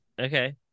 okay